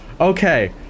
Okay